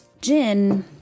gin